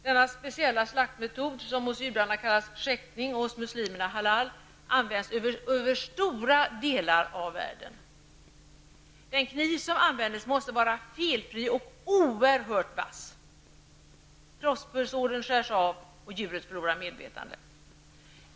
Denna speciella slaktmetod, som hos judarna kallas skäktning och hos muslimerna halal, används över stora delar av världen. Den kniv som används måste vara felfri och oerhört vass. Kroppspulsådern skärs av, och djuret förlorar medvetandet.